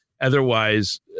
Otherwise